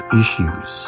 issues